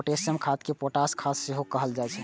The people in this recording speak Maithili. पोटेशियम खाद कें पोटाश खाद सेहो कहल जाइ छै